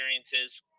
experiences